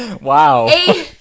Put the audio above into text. Wow